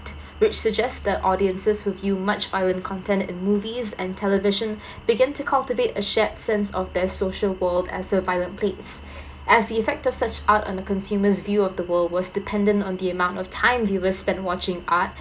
which suggest that audiences who view much violent content in movies and television began to cultivate a shared sense of their social world as a violent place as the effect of such art on the consumer's view of the world was dependent on the amount of time viewers spend watching art